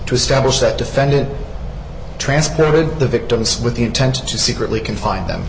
to establish that defendant transported the victims with the intent to secretly confined them